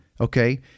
Okay